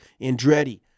Andretti